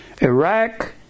Iraq